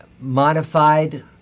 modified